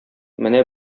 менә